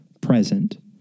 present